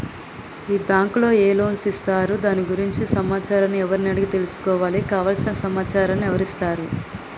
ఈ బ్యాంకులో ఏ లోన్స్ ఇస్తారు దాని గురించి సమాచారాన్ని ఎవరిని అడిగి తెలుసుకోవాలి? కావలసిన సమాచారాన్ని ఎవరిస్తారు?